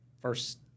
first